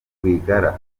rwigara